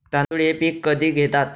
तांदूळ हे पीक कधी घेतात?